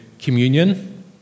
communion